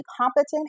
competent